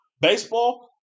Baseball